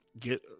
Get